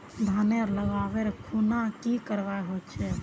धानेर लगवार खुना की करवा होचे?